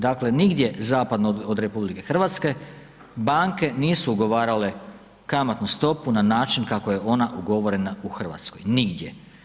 Dakle nigdje zapadno od RH banke nisu ugovarale kamatnu stopu na način kako je ona ugovorena u Hrvatskoj, nigdje.